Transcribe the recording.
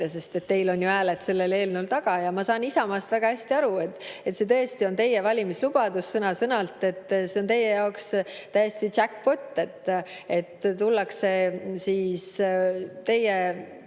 sest teil on ju hääled sellel eelnõul taga. Ma saan Isamaast väga hästi aru, see on teie valimislubadus sõna-sõnalt, see on teie jaoks täiestijackpot, et tullakse teie